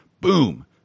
Boom